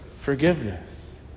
forgiveness